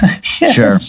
Sure